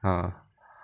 ah